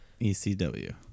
ECW